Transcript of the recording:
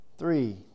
Three